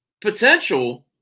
potential